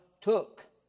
took